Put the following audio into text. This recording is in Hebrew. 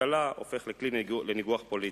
כמו האבטלה, הופך לכלי לניגוח פוליטי.